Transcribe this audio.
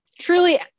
truly